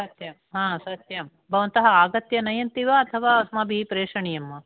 सत्यं सत्यं भवन्तः आगत्य नयन्ति वा अथवा अस्माभिः प्रेषणीयं वा